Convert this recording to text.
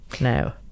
now